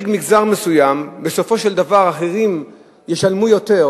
מגזר מסוים בסופו של דבר אחרים ישלמו יותר,